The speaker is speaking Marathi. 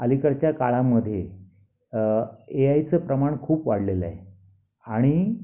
अलीकडच्या काळामध्ये ए आयचं प्रमाण खूप वाढलेलं आहे आणि